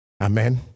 Amen